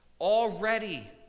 already